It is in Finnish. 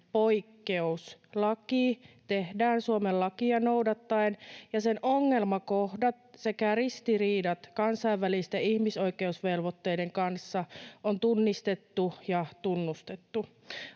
poikkeuslaki tehdään Suomen lakia noudattaen ja sen ongelmakohdat sekä ristiriidat kansainvälisten ihmisoikeusvelvoitteiden kanssa on tunnistettu ja tunnustettu.